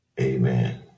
amen